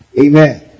Amen